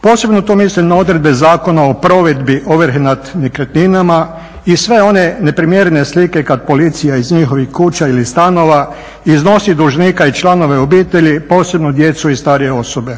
Posebno to mislim na odredbe Zakona o provedbi ovrhe nad nekretninama i sve one neprimjerene slike kad policija iz njihovih kuća ili stanova iznosi dužnika i članove obitelji, posebno djecu i starije osobe.